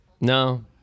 No